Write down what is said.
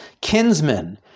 kinsmen